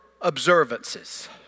Observances